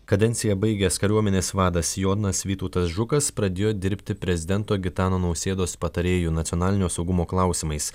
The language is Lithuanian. kadenciją baigęs kariuomenės vadas jonas vytautas žukas pradėjo dirbti prezidento gitano nausėdos patarėju nacionalinio saugumo klausimais